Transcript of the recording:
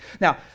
Now